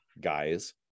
guys